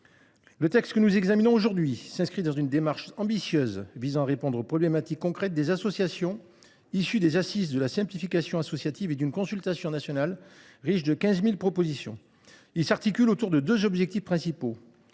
Le texte que nous examinons aujourd’hui s’inscrit dans une démarche ambitieuse visant à répondre aux problématiques concrètes des associations, issue des Assises de la simplification associative et d’une consultation nationale riche de 15 000 propositions. Il s’articule autour de deux objectifs principaux